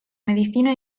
medicina